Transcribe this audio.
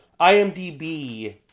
IMDb